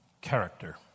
Character